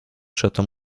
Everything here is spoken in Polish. przeto